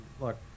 look